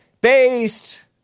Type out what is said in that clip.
Based